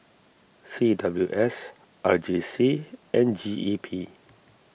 C W S R J C and G E P